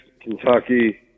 Kentucky